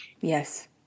yes